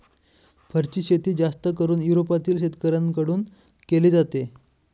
फरची शेती जास्त करून युरोपातील शेतकऱ्यांन कडून केली जाते